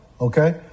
Okay